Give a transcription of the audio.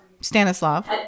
Stanislav